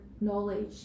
knowledge